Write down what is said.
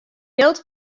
jild